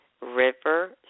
River